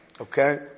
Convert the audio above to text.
Okay